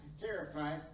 terrified